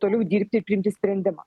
toliau dirbti ir priimti sprendimą